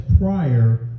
prior